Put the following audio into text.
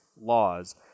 laws